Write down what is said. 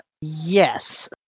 yes